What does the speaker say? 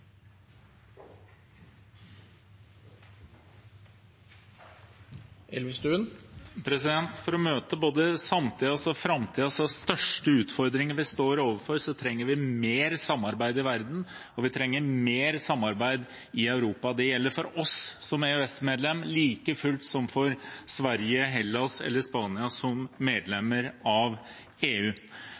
For å møte både samtidens og framtidens største utfordringer trenger vi mer samarbeid i verden, og vi trenger mer samarbeid i Europa. Det gjelder for oss som EØS-medlem like fullt som for Sverige, Hellas eller Spania som medlemmer av EU.